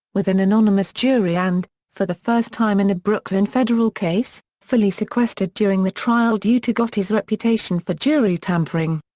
with an anonymous jury and, for the first time in a brooklyn federal case, fully sequestered during the trial due to gotti's reputation for jury tampering.